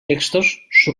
textos